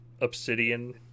Obsidian